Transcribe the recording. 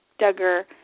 Duggar